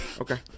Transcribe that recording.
okay